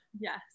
yes